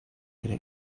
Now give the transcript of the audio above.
could